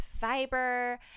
fiber